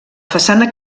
façana